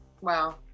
wow